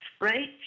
right